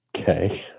Okay